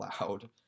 loud